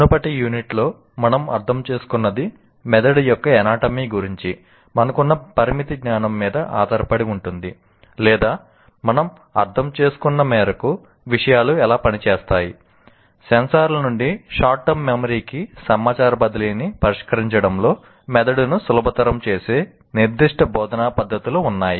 మునుపటి యూనిట్లలో మనం అర్థం చేసుకున్నది మెదడు యొక్క అనాటమీ కి సమాచార బదిలీని పరిష్కరించడంలో మెదడును సులభతరం చేసే నిర్దిష్ట బోధనా పద్ధతులు ఉన్నాయి